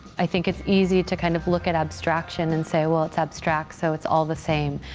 i think it's easy to kind of look at abstraction and say, well, it's abstract, so it's all the same.